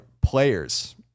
players